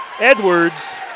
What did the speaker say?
Edwards